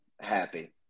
happy